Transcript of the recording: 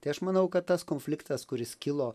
tai aš manau kad tas konfliktas kuris kilo